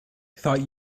thought